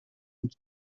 und